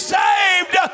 saved